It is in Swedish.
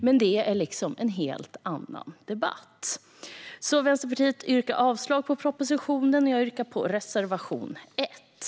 Men det är en helt annan debatt. Vänsterpartiet yrkar avslag på propositionen, och jag yrkar bifall till reservation 1.